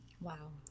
Wow